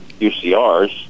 ucrs